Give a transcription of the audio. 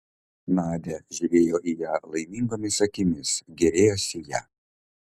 nadia žiūrėjo į ją laimingomis akimis gėrėjosi ja